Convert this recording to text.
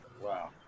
wow